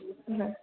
হয়